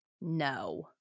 No